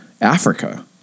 Africa